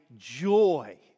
joy